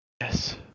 Yes